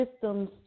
systems